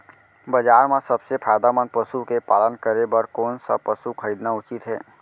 बजार म सबसे फायदामंद पसु के पालन करे बर कोन स पसु खरीदना उचित हे?